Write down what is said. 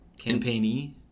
campaignee